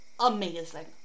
Amazing